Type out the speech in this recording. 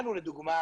לנו לדוגמה,